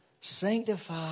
Sanctify